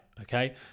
Okay